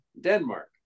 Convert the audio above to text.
Denmark